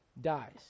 dies